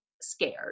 scared